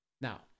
Now